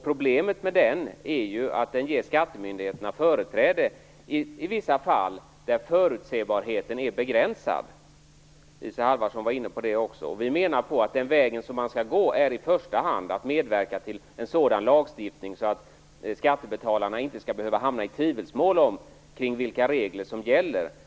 Problemet med den är att den ger skattemyndigheterna företräde i vissa fall där förutsebarheten är begränsad. Också Isa Halvarsson var inne på detta. Vi menar att den väg som man skall gå i första hand är att medverka till sådan lagstiftning att skattebetalarna inte skall behöva hamna i tvivelsmål om vilka regler som gäller.